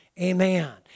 amen